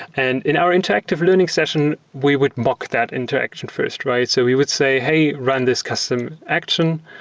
and in our interactive learning session, we would mock that interaction first, right? so we would say, hey, run this custom action.